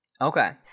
Okay